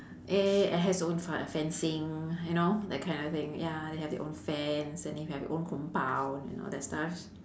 eh it has own fe~ fencing you know that kind of thing ya you have the own fence and you have the own compound and all that stuff